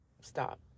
stop